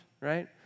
right